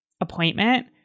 appointment